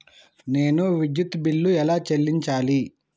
నేను విద్యుత్ బిల్లు ఎలా చెల్లించాలి?